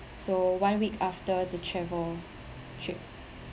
so one week after the travel trip